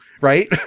Right